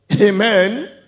Amen